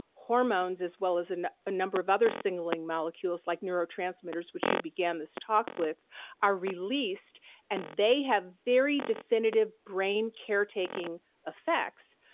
hormones as well as a number of other singling molecules like neurotransmitters which you began this talk with are released and they have very definitive brain care taking effects,